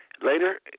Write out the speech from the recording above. Later